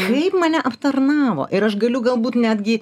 kaip mane aptarnavo ir aš galiu galbūt netgi